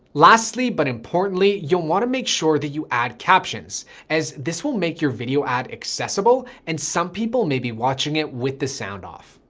lastly, but importantly, you'll want to make sure that you add captions as this will make your video ad accessible, and some people may be watching it with the sound off.